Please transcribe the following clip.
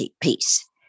piece